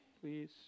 please